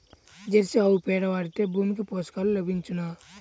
Jersey ఆవు పేడ వాడితే భూమికి పోషకాలు లభించునా?